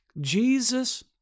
Jesus